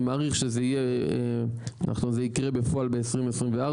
אני מעריך שזה יקרה בפועל ב-2024.